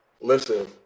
Listen